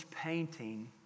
painting